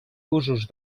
usos